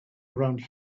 around